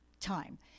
time